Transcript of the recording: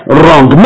wrong